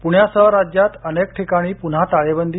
पुण्यासह राज्यात अनेक ठिकाणी पुन्हा टाळेबंदी